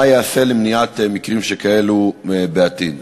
מה ייעשה למניעת מקרים שכאלו בעתיד?